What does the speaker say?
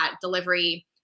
delivery